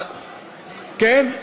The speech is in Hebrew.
כן?